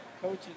coaches